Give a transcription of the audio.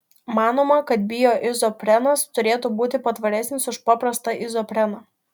manoma kad bioizoprenas turėtų būti patvaresnis už paprastą izopreną